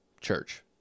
church